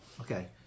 Okay